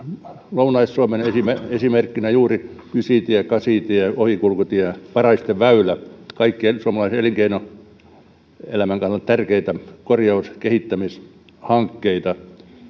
lounais suomeen niin esimerkkinä juuri ysitie kasitie ohikulkutie paraisten väylä kaikki suomalaisen elinkeinoelämän kannalta tärkeitä korjaus kehittämishankkeita